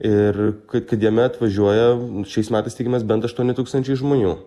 ir kai kad jame atvažiuoja šiais metais tikimės bent aštuoni tūkstančiai žmonių